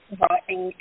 writing